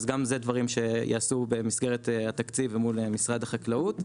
אז גם אלו דברים שייעשו במסגרת התקציב אל מול משרד החקלאות.